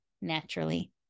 naturally